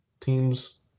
teams